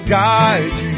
guide